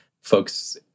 folks